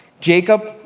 Jacob